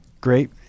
Great